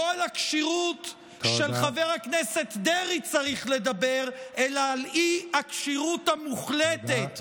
לא על הכשירות של חבר הכנסת דרעי צריך לדבר אלא על האי-כשירות המוחלטת,